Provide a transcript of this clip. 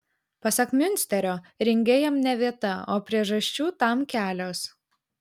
pasak miunsterio ringe jam ne vieta o priežasčių tam kelios